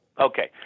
Okay